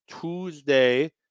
Tuesday